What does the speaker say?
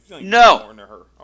No